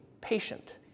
patient